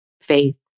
Faith